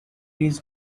his